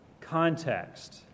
context